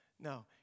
no